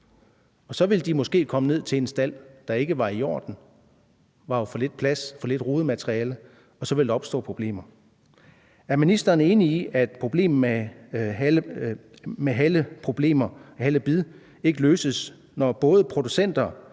og så ville de måske komme ned til en stald, der ikke var i orden, hvor der var for lidt plads, for lidt rodemateriale, og så ville der opstå problemer. Er ministeren enig i, at problemet med halebid ikke løses, når både producenter